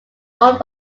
owned